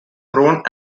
grown